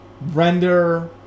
render